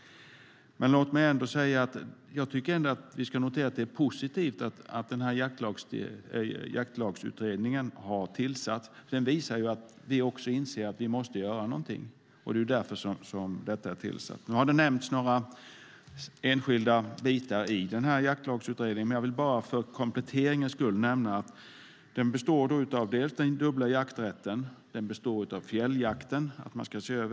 Jag tycker ändå att vi ska notera att det är positivt att Jaktlagsutredningen har tillsatts. Det visar att vi inser att vi måste göra någonting. Nu har det nämnts några enskilda delar i Jaktlagsutredningen. Men jag vill bara för kompletteringens skull nämna att det handlar om den dubbla jakträtten, om en översyn av fjälljakten.